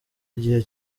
igihe